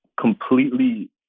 completely